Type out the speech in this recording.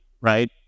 right